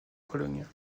pologne